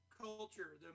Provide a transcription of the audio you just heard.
culture